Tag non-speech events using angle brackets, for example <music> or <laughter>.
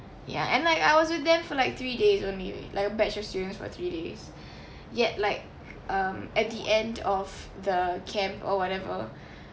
ya and like I was with them for like three days only like a batch of students for three days <breath> yet like um at the end of the camp or whatever